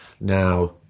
Now